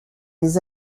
les